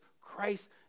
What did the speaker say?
Christ